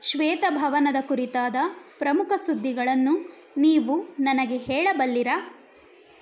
ಶ್ವೇತಭವನದ ಕುರಿತಾದ ಪ್ರಮುಖ ಸುದ್ದಿಗಳನ್ನು ನೀವು ನನಗೆ ಹೇಳಬಲ್ಲಿರ